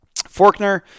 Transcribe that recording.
Forkner